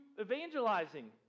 evangelizing